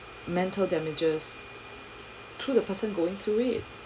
mental damages to the person going through it